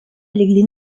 легли